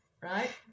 right